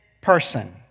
person